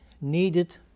needed